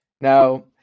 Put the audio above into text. Now